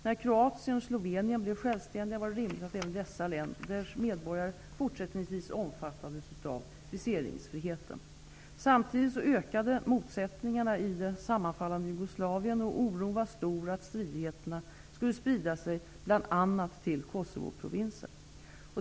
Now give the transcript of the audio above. När Kroatien och Slovenien blev självständiga var det rimligt att även dessa länders medborgare fortsättningsvis omfattades av viseringsfriheten. Samtidigt ökade motsättningarna i det sammanfallande Jugoslavien, och oron var stor att stridigheterna skulle sprida sig bl.a. till Kosovoprovinsen.